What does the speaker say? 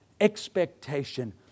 expectation